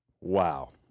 wow